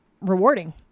rewarding